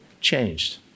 changed